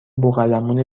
بوقلمون